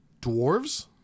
dwarves